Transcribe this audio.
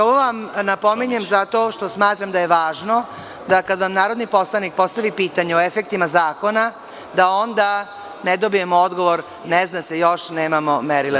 Ovo vam napominjem zato što smatram da je važno da kada vam narodni poslanik postavi pitanje o efektima zakona, da onda ne dobijemo odgovor, ne zna se još, nemamo merila…